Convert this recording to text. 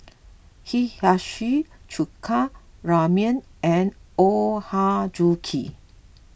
Hiyashi Chuka Ramyeon and Ochazuke